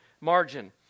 margin